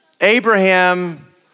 Abraham